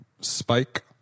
spike